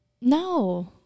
No